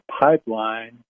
pipeline